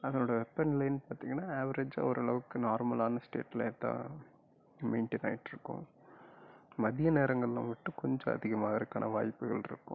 அதோட வெப்பநிலைன்னு பார்த்தீங்கன்னா ஆவரேஜாக ஓரளவுக்கு நார்மலான ஸ்டேட்லேதான் மெயின்டயின் ஆகிட்ருக்கும் மதிய நேரங்களில் மட்டும் கொஞ்சம் அதிகமாக ஆகிறக்கான வாய்ப்புகள் இருக்கும்